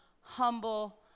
humble